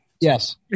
Yes